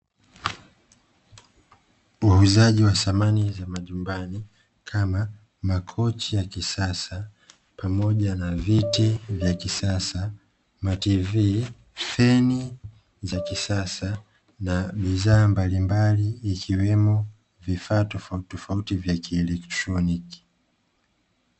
Wauzaji wa samani za majumbani, kama makochi ya kisasa pamoja na viti vya kisasa na "tv", feni za kisasa na bidhaa mbalimbali, ikiwemo vifaa tofautitofauti vya kielekroniki.